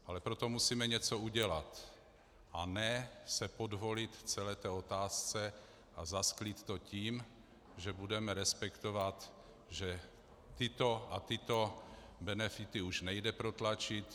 Ale pro to musíme něco udělat, a ne se podvolit celé otázce a zasklít to tím, že budeme respektovat, že tyto a tyto benefity už nejde protlačit.